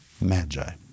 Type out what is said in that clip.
magi